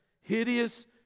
Hideous